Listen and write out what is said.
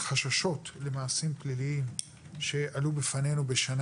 החששות למעשים פליליים שעלו בפנינו בשנה